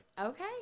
Okay